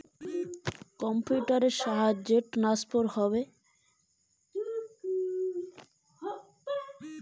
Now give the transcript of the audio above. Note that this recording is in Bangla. অন্য কোনো ব্যাংক একাউন্ট থেকে আমার একাউন্ট এ টাকা কি করে ঢুকবে?